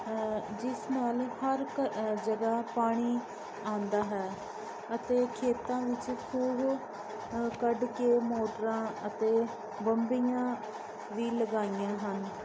ਜਿਸ ਨਾਲ ਹਰ ਘ ਜਗ੍ਹਾ ਪਾਣੀ ਆਉਂਦਾ ਹੈ ਅਤੇ ਖੇਤਾਂ ਵਿੱਚ ਖੂਹ ਅ ਕੱਢ ਕੇ ਮੋਟਰਾਂ ਅਤੇ ਬੰਬੀਆਂ ਵੀ ਲਗਾਈਆਂ ਹਨ